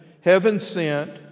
heaven-sent